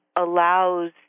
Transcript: allows